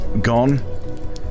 gone